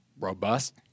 robust